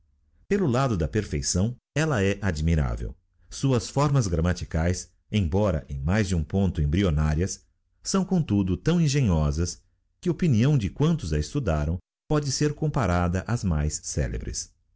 maior pelo lado da perfeição ella é admirável suas formas grammaticaes embora em mais de um ponto embryonarias são comtudo tão engenhosas que na opinião de quantos a estudaram pode ser comparada ás mais celebres